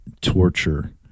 torture